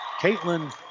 Caitlin